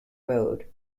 road